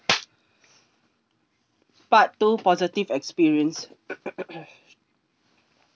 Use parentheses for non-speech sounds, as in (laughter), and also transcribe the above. part two positive experience (noise)